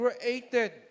created